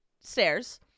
stairs